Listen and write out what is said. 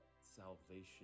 salvation